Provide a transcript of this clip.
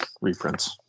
reprints